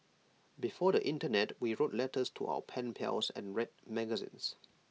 before the Internet we wrote letters to our pen pals and read magazines